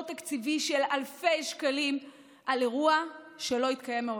תקציבי של אלפי שקלים על אירוע שלא התקיים מעולם.